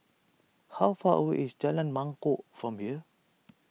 how far away is Jalan Mangkok from here